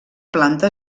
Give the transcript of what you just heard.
planta